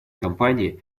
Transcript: компании